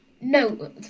No